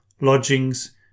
lodgings